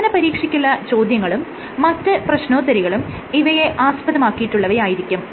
പ്രധാന പരീക്ഷയ്ക്കുള്ള ചോദ്യങ്ങളും മറ്റ് പ്രശ്നോത്തരികളും ഇവയെ ആസ്പദമാക്കിയിട്ടുള്ളവയിരിക്കും